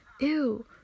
ew